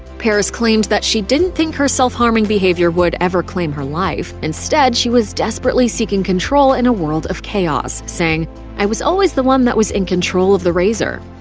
paris claimed that she didn't think her self-harming behavior would ever claim her life. instead, she was desperately seeking control in a world of chaos, saying i was always the one that was in control of the razor.